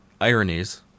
ironies